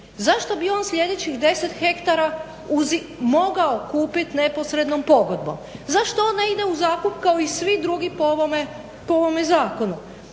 zašto bi on sljedećih 10 ha mogao kupit neposrednom pogodbom? Zašto on ne ide u zakup kao i svi drugi po ovome zakonu.